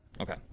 Okay